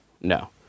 No